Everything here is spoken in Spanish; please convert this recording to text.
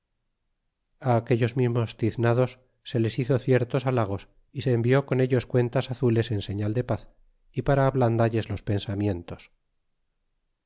aquellos mismos tiznados se les hizo ciertos halagos y se envió con ellos cuentas azules en señal de paz y para ablandalles los pensamientos